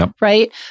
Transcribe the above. right